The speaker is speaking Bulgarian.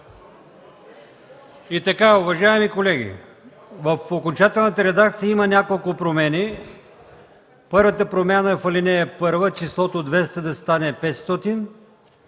Уважаеми колеги, в окончателната редакция има няколко промени. Първата промяна е в ал. 1 – числото „200” да стане „500”;